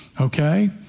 Okay